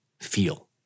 feel